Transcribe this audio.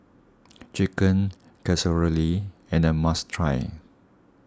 Chicken Casserole and a must try